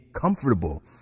comfortable